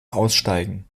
aussteigen